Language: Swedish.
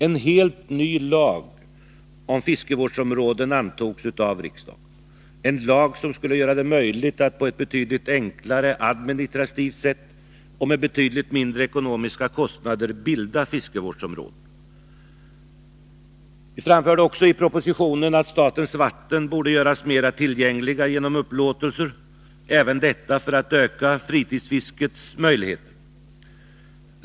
En helt ny lag om fiskevårdsområden antogs av riksdagen, en lag som skulle göra det möjligt att på ett administrativt betydligt enklare sätt och till betydligt lägre ekonomiska kostnader bilda fiskevårdsområden. Jag framförde också i propositionen att statens vatten borde göras lättare tillgängliga genom upplåtelser, även detta för att öka fritidsfiskets möjligheter.